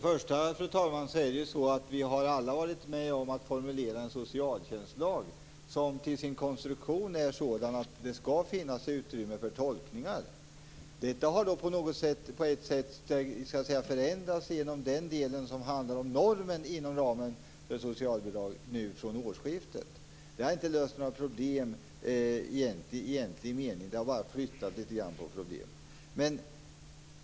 Fru talman! Till att börja med har vi alla varit med om att formulera en socialtjänstlag som till sin konstruktion är sådan att det skall finnas utrymme för tolkningar. Detta har från årsskiftet på ett sätt förändrats genom normen för socialbidragen. Det har inte löst några problem i egentlig mening, utan det har bara flyttat på problemen.